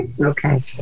Okay